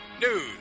news